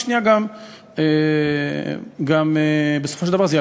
וגם מבחינה פוליטית פרגמטית,